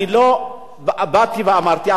אני לא באתי ואמרתי,